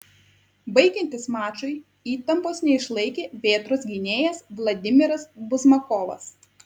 baigiantis mačui įtampos neišlaikė vėtros gynėjas vladimiras buzmakovas